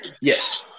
Yes